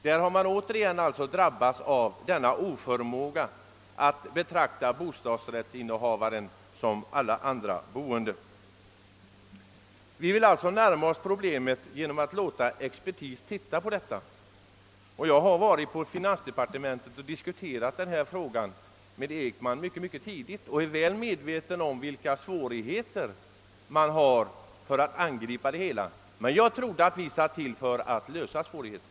Där har bostadsrättsinnehavaren återigen drabbats av denna oförmåga att betrakta bostadsrättsinnehavaren som alla andra boende. Vi vill alltså närma oss problemet genom att låta expertis se på saken. Jag har på ett tidigt stadium varit uppe på finansdepartementet och diskuterat frågan med herr Ekman och är väl medve ten om svårigheterna att åstadkomma en lösning, men jag trodde att vi hade till uppgift att försöka komma till rätta med svårigheter.